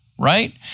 right